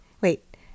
wait